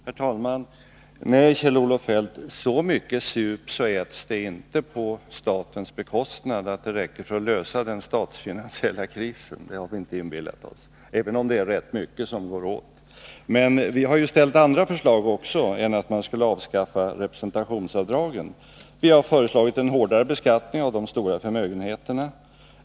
Herr talman! Nej, Kjell-Olof Feldt, så mycket sups och äts det inte på statens bekostnad att det räcker för att lösa den statsfinansiella krisen. Det har vi inte inbillat oss, även om det är rätt mycket pengar som går åt. Vi har därför även framställt andra förslag än att man skall avskaffa representationsavdragen. 37 Vi föreslår en hårdare beskattning av de stora förmögenheterna.